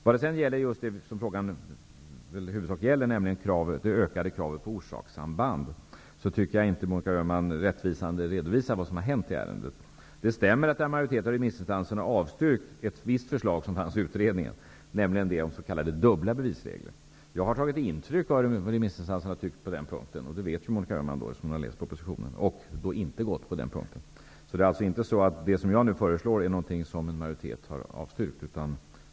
Frågan gäller i huvudsak det ökade kravet på orsakssamband. Jag tycker inte att Monica Öhman ger en rättvisande redovisning av vad som har hänt i ärendet. Det stämmer att en majoritet av remissinstanserna har avstyrkt ett visst förslag som fanns med i utredningen, nämligen det om s.k. dubbla bevisregler. Jag har tagit intryck av vad remissinstanserna har tyckt på den punkten. Det vet Monica Öhman, eftersom hon har läst propositionen. Jag föreslår inte något som en majoritet har avstyrkt.